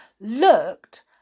looked